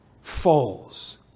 falls